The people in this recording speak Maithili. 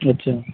अच्छा